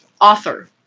author